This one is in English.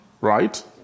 right